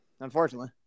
Unfortunately